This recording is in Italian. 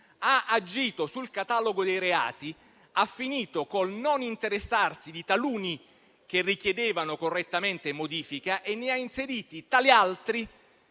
ha agito sul catalogo dei reati, ha finito col non interessarsi di taluni che richiedevano correttamente modifica e ne ha inseriti tali altri